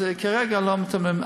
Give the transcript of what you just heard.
אז כרגע לא נותנים.